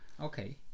Okay